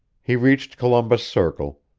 he reached columbus circle,